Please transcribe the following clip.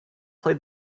play